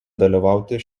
dalyvauti